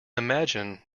imagine